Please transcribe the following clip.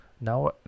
Now